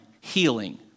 healing